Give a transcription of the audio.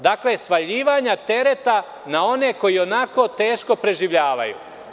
Dakle, svaljivanje tereta na one koji i onako teško preživljavaju.